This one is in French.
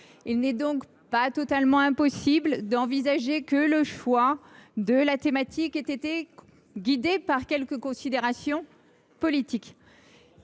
Il n’est donc pas totalement impossible d’envisager que le choix de la thématique ait été guidé par quelques considérations politiques.